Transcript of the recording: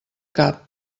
cap